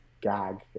Gag